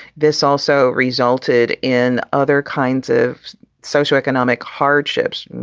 this also resulted in other kinds of so so economic hardships.